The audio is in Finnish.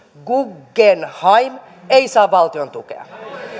gug gen heim ei saa valtiontukea